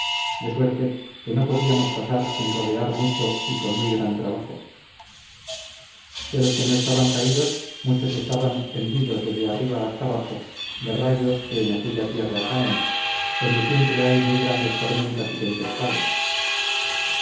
de suerte que no podíamos pasar sin rodear mucho y con muy gran trabajo de los que no estaban caídos muchos estaban hendidos desde arriba hasta abajo de rayos que en aquella tierra caen donde siempre hay muy grandes tormentas y tempestades